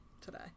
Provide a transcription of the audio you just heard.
today